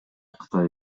кытай